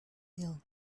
ill